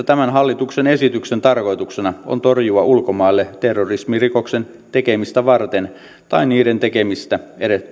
tämän hallituksen esityksen tarkoituksena on torjua ulkomaille terrorismirikoksen tekemistä varten tai niiden tekemistä